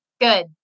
Good